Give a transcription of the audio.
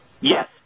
Yes